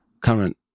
current